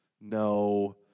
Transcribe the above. no